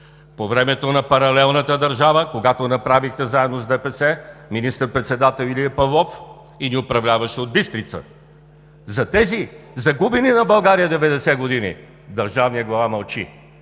по времето на паралелната държава, когато заедно с ДПС направихте министър-председател Илия Павлов и ни управляваше от Бистрица?! За тези загубени за България – 90-те години– държавният глава мълчи.